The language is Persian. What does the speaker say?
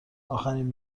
آخرین